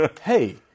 hey